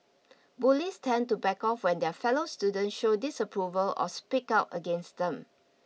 bullies tend to back off when their fellow student show disapproval or speak out against them